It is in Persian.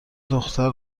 دختر